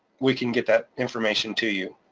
we can get that information to you,